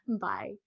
bye